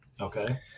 Okay